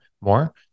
more